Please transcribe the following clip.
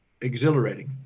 exhilarating